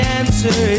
answer